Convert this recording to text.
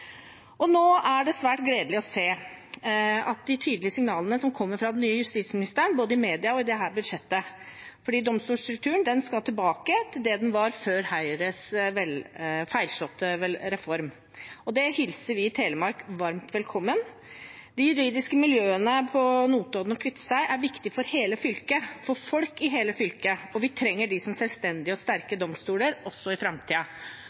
Nå er det svært gledelig å se de tydelige signalene som kommer fra den nye justisministeren, både i media og i dette budsjettet. Domstolstrukturen skal tilbake til det den var før Høyres feilslåtte reform. Det hilser vi i Telemark varmt velkommen. De juridiske miljøene på Notodden og i Kviteseid er viktige for hele fylket – for folk i hele fylket – og vi trenger dem som selvstendige og sterke domstoler også i